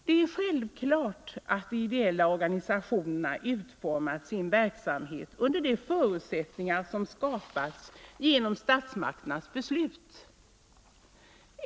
Det är klart att de ideella organisationerna utformat sin verksamhet under de förutsättningar som skapats genom statsmakternas beslut.